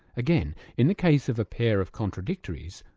again, in the case of a pair of contradictories,